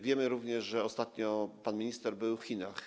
Wiemy również, że ostatnio pan minister był w Chinach.